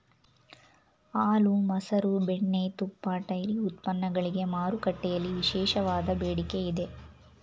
ಹಾಲು, ಮಸರು, ಬೆಣ್ಣೆ, ತುಪ್ಪ, ಡೈರಿ ಉತ್ಪನ್ನಗಳಿಗೆ ಮಾರುಕಟ್ಟೆಯಲ್ಲಿ ವಿಶೇಷವಾದ ಬೇಡಿಕೆ ಇದೆ